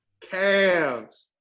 Cavs